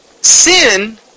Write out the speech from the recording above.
sin